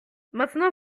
maintenant